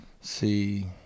See